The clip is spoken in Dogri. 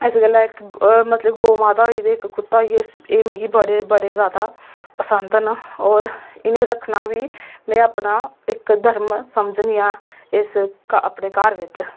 ते इस गल्ला इक्क गौऽ माता होई ते इक्क कुत्ता होइया एह् मिगी एह् मिगी बड़े जादा पसंद न होर इ'नेंगी रक्खना बी में अपना इक्क धर्म समझनी आं इस अपने घर बिच